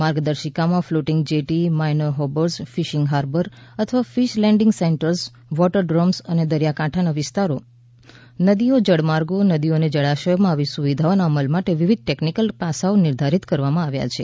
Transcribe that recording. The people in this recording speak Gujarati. માર્ગદર્શિકામાં floating jetty minor harbours fishing harbour અથવા ફિશ લેન્ડિંગ સેન્ટર્સ વોટરડ્રોમ્સ અને દરિયાકાંઠાના વિસ્તારો નદીઓ જળમાર્ગો નદીઓ અને જળાશયોમાં આવી સુવિધાઓના અમલ માટે વિવિધ ટેકનીકલ પાસાંઓ નિર્ધારિત કરવામાં આવ્યા છે